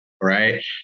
right